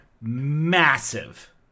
massive